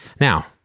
Now